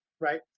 right